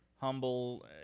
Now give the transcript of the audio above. humble